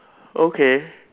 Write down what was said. okay